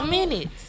minutes